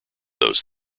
those